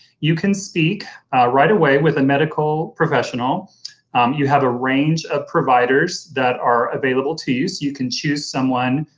you can speak right away with a medical professional you have a range of providers that are available to you so you can choose someone,